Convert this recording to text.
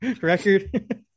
record